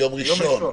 ביום ראשון.